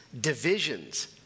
divisions